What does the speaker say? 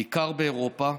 בעיקר באירופה,